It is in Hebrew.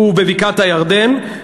ובבקעת-הירדן,